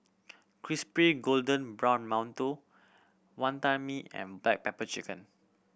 crispy golden brown mantou Wonton Mee and black pepper chicken